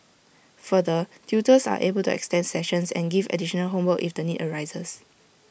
further tutors are able to extend sessions and give additional homework if the need arises